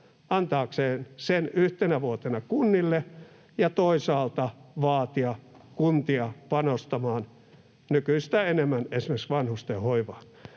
antaakseen sen yhtenä vuotena kunnille, ja toisaalta vaatia kuntia panostamaan nykyistä enemmän esimerkiksi vanhustenhoivaan,